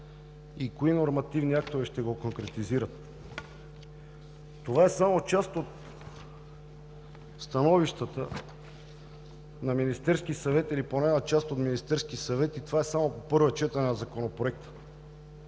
и кои нормативни актове ще го конкретизират. Това е само част от становищата на Министерския съвет или поне на част от Министерския съвет и това е само първо четене на Законопроекта.